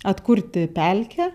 atkurti pelkę